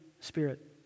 Spirit